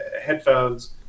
headphones